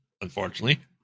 unfortunately